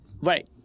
right